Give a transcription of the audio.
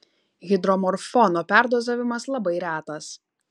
hidromorfono perdozavimas labai retas